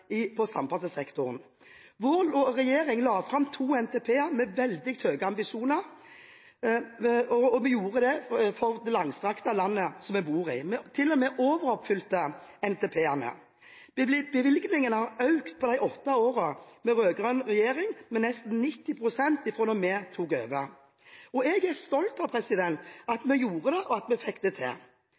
taktskifte på samferdselssektoren. Vår regjering la fram to NTP-er med veldig høye ambisjoner, og vi gjorde det for det langstrakte landet som vi bor i. Vi overoppfylte til og med NTP-ene. Fra vi tok over har bevilgningene økt med nesten 90 pst. – altså på de åtte årene med rød-grønn regjering. Jeg er stolt av at vi gjorde det, og at vi fikk det til.